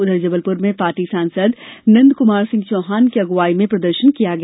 उधर जबलपुर में पार्टी सांसद नंदकमार सिंह चौहान की अगुवाई में प्रदर्शन किया गया